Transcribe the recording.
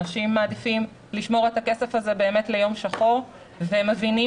אנשים מעדיפים לשמור את הכסף הזה באמת ליום שחור והם מבינים